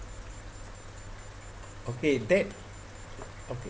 okay that okay